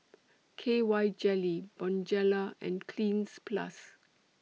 K Y Jelly Bonjela and Cleanz Plus